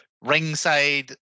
ringside